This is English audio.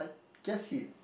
I guess he